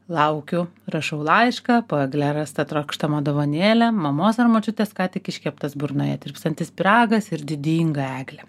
laukiu rašau laišką po egle rasta trokštama dovanėlė mamos ar močiutės ką tik iškeptas burnoje tirpstantis pyragas ir didinga eglė